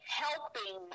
helping